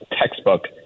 textbook